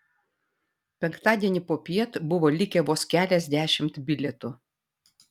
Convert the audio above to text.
penktadienį popiet buvo likę vos keliasdešimt bilietų